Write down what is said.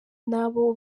n’abo